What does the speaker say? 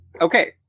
Okay